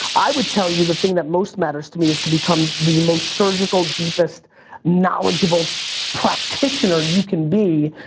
i would tell you the thing that most matters to me is to become the most surgical deepest knowledgeable practitioner you can be.